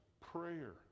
prayer